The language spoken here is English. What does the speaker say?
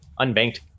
unbanked